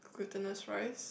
glutinous rice